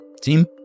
Team